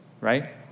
right